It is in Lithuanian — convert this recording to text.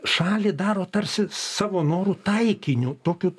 šalį daro tarsi savo norų taikiniu tokiu